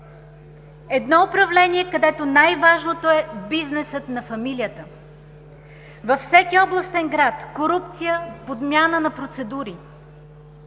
Едно управление, където най-важното е бизнесът на фамилията. Във всеки областен град – корупция, подмяна на процедури.